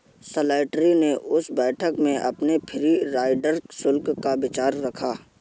Slattery ने उस बैठक में अपने फ्री राइडर शुल्क का विचार रखा